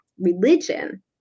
religion